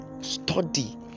study